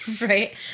Right